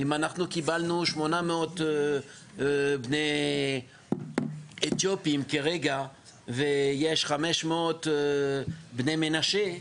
אם קיבלנו 800 בני אתיופיה כרגע ויש 500 בני מנשה,